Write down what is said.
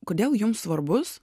kodėl jums svarbus